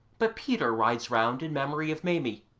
but peter rides round in memory of maimie,